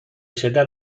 شدت